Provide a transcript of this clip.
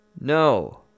No